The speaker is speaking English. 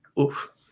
Oof